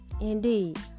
indeed